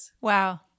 Wow